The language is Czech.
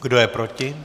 Kdo je proti?